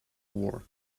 war